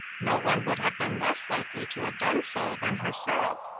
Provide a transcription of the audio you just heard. no one would have been less likely to have done so than herself.